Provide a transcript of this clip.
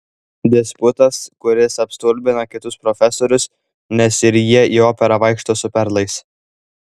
disputas kuris apstulbina kitus profesorius nes ir jie į operą vaikšto su perlais